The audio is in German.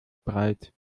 breit